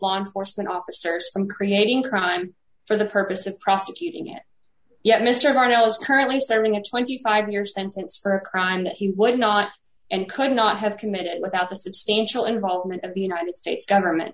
law enforcement officers from creating crime for the purpose of prosecuting it yet mr parnell is currently serving a twenty five year sentence for a crime that he would not and could not have committed without the substantial involvement of the united states government